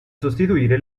sostituire